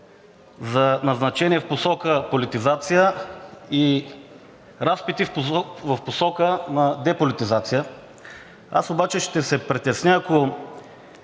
за назначения в посока на политизация и разпити в посока на деполитизация. Аз обаче ще се притесня, ако